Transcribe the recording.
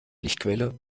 lichtquelle